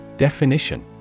Definition